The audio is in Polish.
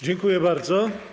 Dziękuję bardzo.